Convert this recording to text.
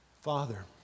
Father